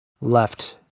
left